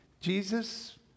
Jesus